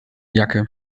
jacke